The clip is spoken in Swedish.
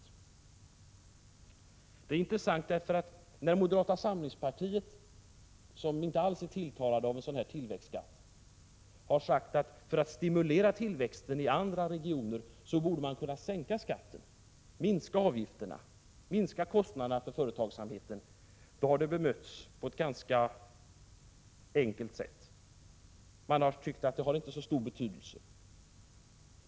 Detta är intressant av den anledningen att när moderata samlingspartiet, som inte alls är tilltalat av en sådan tillväxtskatt, har sagt, att för att stimulera tillväxten i andra regioner borde man kunna sänka skatten, minska avgifterna och minska kostnaderna för företagsamheten, har man bemötts på ett ganska enkelt sätt. Man har tyckt att det inte har så stor betydelse.